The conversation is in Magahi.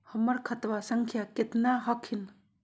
हमर खतवा संख्या केतना हखिन?